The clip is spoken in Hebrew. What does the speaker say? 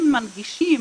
אם מנגישים,